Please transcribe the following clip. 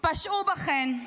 פשעו בכן,